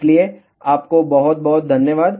इसलिए आपको बहुत बहुत धन्यवाद